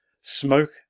Smoke